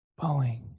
Boeing